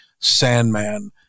Sandman